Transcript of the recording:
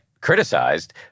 criticized